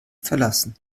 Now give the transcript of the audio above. verlassen